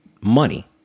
money